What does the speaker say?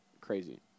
crazy